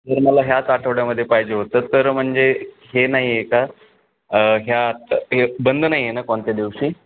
जर मला ह्याच आठवड्यामध्ये पाहिजे होतं तर म्हणजे हे नाही आहे का ह्या आत्ता हे बंद नाही आहे ना कोणत्या दिवशी